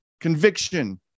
conviction